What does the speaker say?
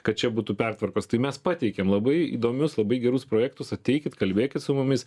kad čia būtų pertvarkos tai mes pateikėm labai įdomius labai gerus projektus ateikit kalbėkit su mumis